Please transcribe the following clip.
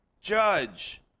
judge